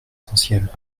essentiels